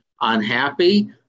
unhappy